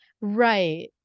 right